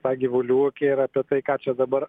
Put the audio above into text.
tą gyvulių ūkį ir apie tai ką čia dabar